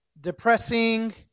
depressing